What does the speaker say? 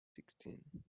sixteen